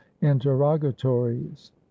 interrogatories